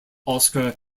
oscar